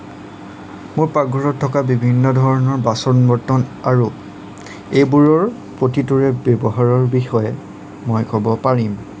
মোৰ পাকঘৰত থকা বিভিন্ন ধৰণৰ বাচন বৰ্তন আৰু এইবোৰৰ প্ৰতিটোৰে ব্যৱহাৰৰ বিষয়ে মই ক'ব পাৰিম